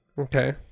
okay